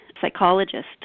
psychologist